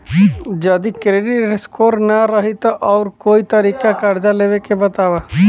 जदि credit score ना रही त आऊर कोई तरीका कर्जा लेवे के बताव?